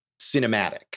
cinematic